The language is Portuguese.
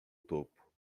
topo